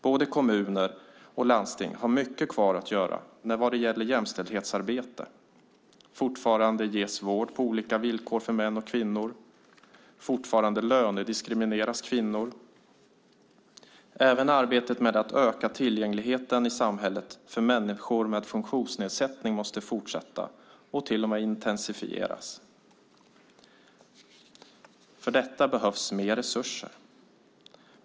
Både kommuner och landsting har mycket kvar att göra vad gäller jämställdhetsarbete. Fortfarande ges vård på olika villkor för män och kvinnor. Fortfarande lönediskrimineras kvinnor. Även arbetet med att öka tillgängligheten i samhället för människor med funktionsnedsättning måste fortsätta och till och med intensifieras. För detta behövs mer resurser.